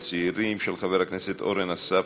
ובכן, חמישה בעד, אין מתנגדים.